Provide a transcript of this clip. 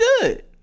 good